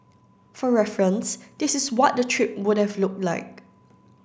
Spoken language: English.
for reference this is what the trip would have looked like